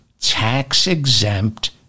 tax-exempt